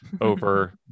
over